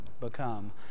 become